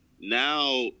now